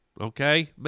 Okay